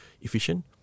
efficient